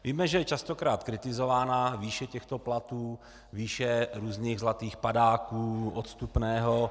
Víme, že je častokrát kritizována výše těchto platů, výše různých zlatých padáků, odstupného.